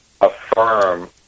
affirm